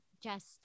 just-